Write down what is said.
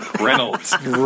Reynolds